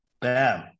bam